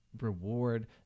reward